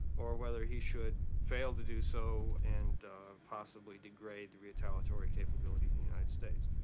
or whether he should fail to do so and possibly degrade the retaliatory capability of the united states.